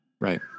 Right